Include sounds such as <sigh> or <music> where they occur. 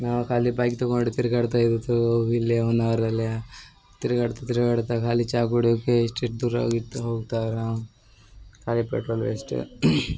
ನಾವು ಖಾಲಿ ಬೈಕ್ ತಗೊಂಡು ತಿರ್ಗಾಡ್ತಾ ಇದ್ದದ್ದು ಇಲ್ಲೇ ಹೊನ್ನಾವರದಲ್ಲಿ ತಿರ್ಗಾಡ್ತಾ ತಿರ್ಗಾಡ್ತಾ ಕಾಲಿ ಚಾ ಕುಡ್ಯಕ್ಕೆ ಇಷ್ಟು ಇಷ್ಟು ದೂರ ಹೋಗಿದ್ ನಾವು <unintelligible> ಖಾಲಿ ಪೆಟ್ರೋಲ್ ವೇಸ್ಟು